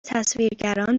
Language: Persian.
تصویرگران